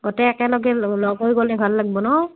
গোটেই একেলগে লগ হৈ গ'লে ভাল লাগিব নহ্